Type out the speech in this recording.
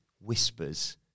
whispers